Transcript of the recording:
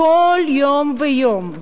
כל יום ויום.